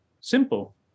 simple